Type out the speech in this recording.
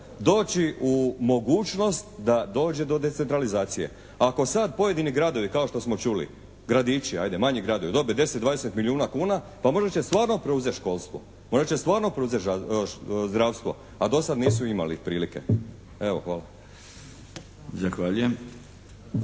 doći u mogućnost da dođe do decentralizacije. Ako sad pojedini gradovi kao što smo čuli, gradići ajde, manji gradovi dobe 10, 20 milijuna kuna pa možda će stvarno preuzeti školstvo? Možda će stvarno preuzeti zdravstvo? A do sad nisu imali prilike. Evo hvala.